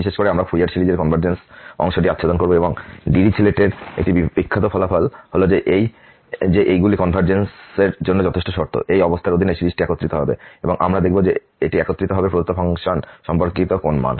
বিশেষ করে আমরা ফুরিয়ার সিরিজের কনভারজেন্সের অংশটি আচ্ছাদন করব এবং ডিরিচলেটের একটি বিখ্যাত ফলাফল হল যে এইগুলি কনভারজেন্সের জন্য যথেষ্ট শর্ত এই অবস্থার অধীনে সিরিজটি একত্রিত হবে এবং আমরা দেখব যে এটি একত্রিত হবে প্রদত্ত ফাংশন সম্পর্কিত কোন মান